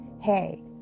hey